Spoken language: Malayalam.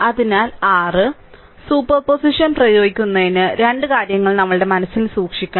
അതിനാൽ r സൂപ്പർപോസിഷൻ പ്രയോഗിക്കുന്നതിന് രണ്ട് കാര്യങ്ങൾ നമ്മുടെ മനസ്സിൽ സൂക്ഷിക്കണം